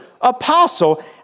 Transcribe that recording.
apostle